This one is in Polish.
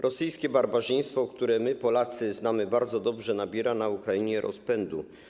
Rosyjskie barbarzyństwo, które my, Polacy, znamy bardzo dobrze, nabiera na Ukrainie rozpędu.